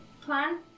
plan